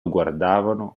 guardavano